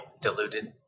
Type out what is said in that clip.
Diluted